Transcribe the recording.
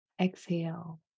exhale